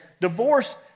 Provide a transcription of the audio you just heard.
Divorce